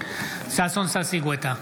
ששון ששי גואטה,